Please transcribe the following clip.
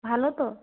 ভালো তো